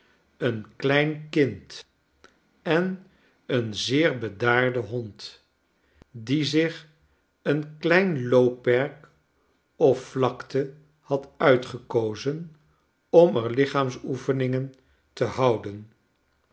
een klein kind en een zeer bedaarde hond die zich een klein loopperk of vlakte had uitgekozen om er lichaamsoefeningen te houden